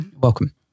Welcome